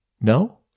No